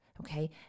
Okay